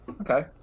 Okay